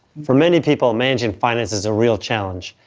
for many people, managing finance is a real challenge.